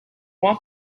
want